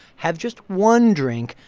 have just one drink,